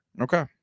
okay